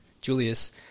Julius